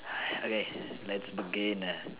okay let's begin